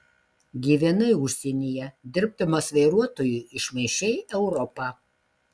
gyvenai užsienyje dirbdamas vairuotoju išmaišei europą